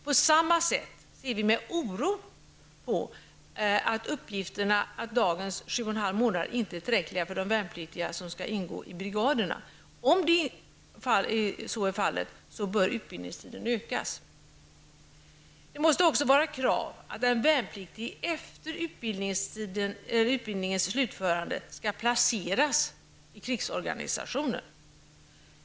På samma sätt ser vi med oro på uppgifterna om att dagens 7,5 månader inte är tillräckligt för de värnpliktiga som ingår i brigaderna. Om så är fallet, bör utbildningstiden ökas. Det måste också vara ett krav att den värnpliktige efter utbildningens slutförande skall placeras i krigsorganisationen.